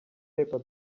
paper